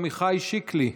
חבר הכנסת עמיחי שיקלי,